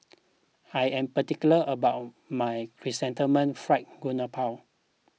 I am particular about my Chrysanthemum Fried Garoupa